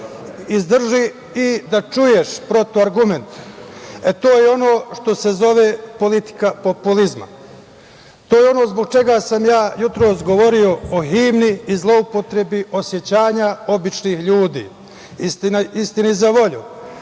Izdrži i da čuješ protivargument. To je ono što se zove politika populizma. To je ono zbog čega sam ja jutros govorio o himni i zloupotrebi osećanja običnih ljudi. Istini za volju,